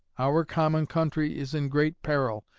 our common country is in great peril,